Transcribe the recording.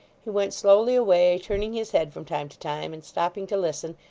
he went slowly away, turning his head from time to time, and stopping to listen,